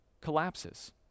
collapses